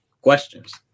questions